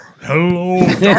Hello